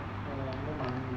no no no no more money